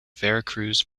veracruz